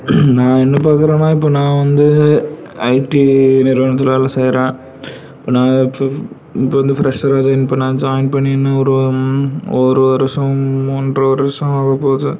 நான் என்ன பார்க்கறேன்னா இப்போ நான் வந்து ஐடி நிறுவனத்தில் வேலை செய்யறேன் இப்போ நான் இப்போ இப்போ வந்து ப்ரெஷராக ஜாயின் பண்ணேன் ஜாயின் பண்ணி என்ன ஒரு ஒரு வருஷம் ஒன்ற வருஷம் ஆகப் போகுது